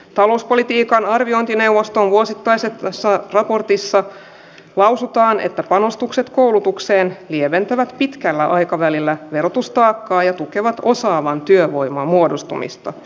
talouspolitiikan arviointineuvoston vuosittaiseen osaan raportissa lausutaan että panostukset koulutukseen lieventävät pitkällä aikavälillä verotusta hakkaaja tukevat osaavan työvoiman muodostumista